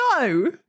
No